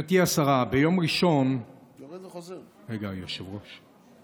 השרה, ביום ראשון, רגע, היושב-ראש.